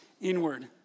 inward